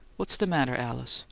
what's the matter, alice?